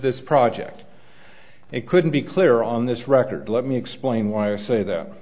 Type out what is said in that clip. this project it couldn't be clearer on this record let me explain why i say that